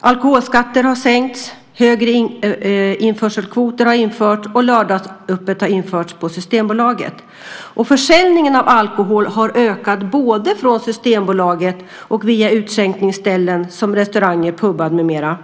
Alkoholskatter har sänkts, högre införselkvoter har införts och lördagsöppet har återinförts på Systembolaget. Försäljningen av alkohol har ökat från både Systembolaget och via utskänkningsställen som restauranger, pubar med mera.